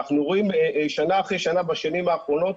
ואנחנו רואים שנה אחרי שנה בשנים האחרונות